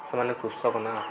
ସେମାନେ କୃଷକ ନା